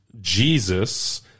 Jesus